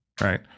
Right